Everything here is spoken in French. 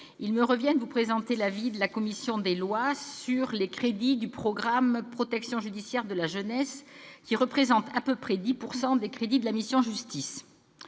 il me revient de vous présenter l'avis de la commission des lois sur les crédits du programme « Protection judiciaire de la jeunesse », qui représentent à peu près 10 % des crédits de la mission « Justice